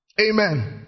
amen